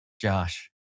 Josh